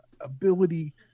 ability